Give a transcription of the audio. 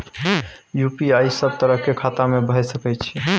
UPI सब तरह के खाता में भय सके छै?